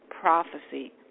prophecy